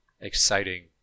exciting